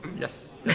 Yes